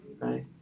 Right